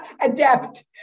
adept